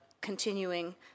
continuing